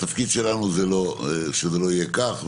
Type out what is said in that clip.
התפקיד שלנו שזה לא יהיה כך,